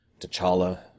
t'challa